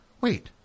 Wait